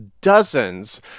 dozens